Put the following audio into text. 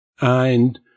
And